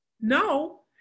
No